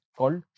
called